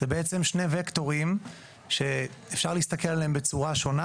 זה בעצם שני וקטורים שאפשר להסתכל עליהם בצורה שונה,